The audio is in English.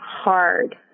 hard